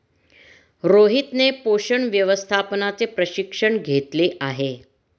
रोहितने पोषण व्यवस्थापनाचे प्रशिक्षण घेतले आहे